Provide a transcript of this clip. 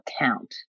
account